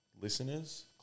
listeners